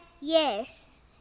Yes